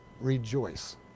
rejoice